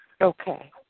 Okay